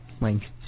Link